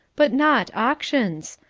but not auctions.